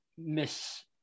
Miss